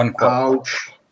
Ouch